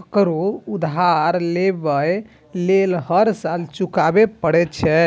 ककरो उधार लेबय लेल हर साल चुकबै पड़ै छै